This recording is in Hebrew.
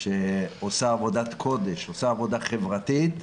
שעושה עבודת קודש, עבודה חברתית,